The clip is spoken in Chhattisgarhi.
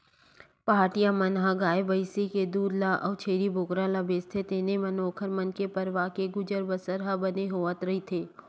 पहाटिया मन ह गाय भइसी के दूद ल अउ छेरी बोकरा ल बेचथे तेने म ओखर मन के परवार के गुजर बसर ह बने होवत रहिथे